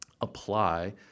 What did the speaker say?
apply